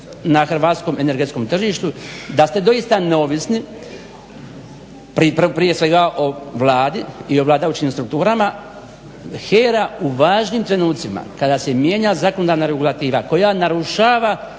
na hrvatskom energetskom tržištu, da ste doista neovisni prije svega o Vladi i o vladajućim strukturama. HERA u važnim trenucima kada se mijenja zakonodavna regulativa koja narušava